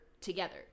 together